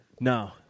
No